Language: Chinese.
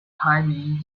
排名